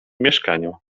mieszkaniu